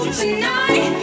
tonight